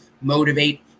motivate